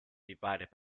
divided